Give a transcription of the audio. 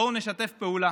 בואו נשתף פעולה.